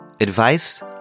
Advice